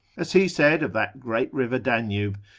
as he said of that great river danube,